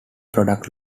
products